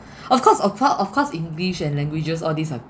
of course of course of course english and languages all these are